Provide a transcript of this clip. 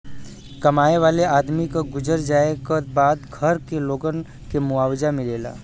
कमाए वाले आदमी क गुजर जाए क बाद घर के लोगन के मुआवजा मिलेला